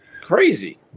crazy